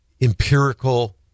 empirical